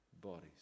bodies